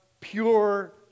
Pure